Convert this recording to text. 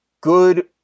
good